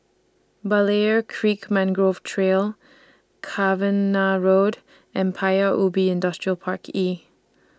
Berlayer Creek Mangrove Trail Cavenagh Road and Paya Ubi Industrial Park E